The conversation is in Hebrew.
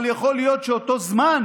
אבל יכול להיות שאותו זמן